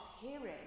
hearing